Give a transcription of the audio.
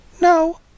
No